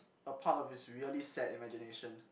a part of his really sad imagination